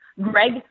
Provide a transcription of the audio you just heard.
Greg